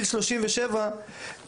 לא, ברור שלא, אני נגד זה.